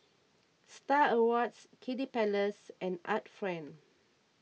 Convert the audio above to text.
Star Awards Kiddy Palace and Art Friend